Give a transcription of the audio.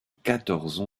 quatorze